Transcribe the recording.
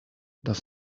does